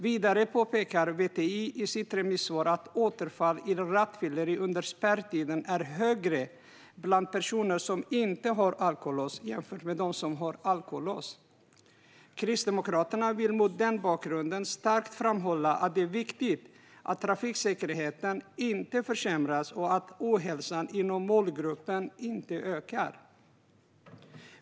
Vidare påpekar VTI i sitt remissvar att antalet återfall i rattfylleri under spärrtiden är större bland personer som inte har alkolås jämfört med dem som har alkolås. Kristdemokraterna vill mot den bakgrunden starkt framhålla att det är viktigt att trafiksäkerheten inte försämras och att ohälsan inom målgruppen inte ökar.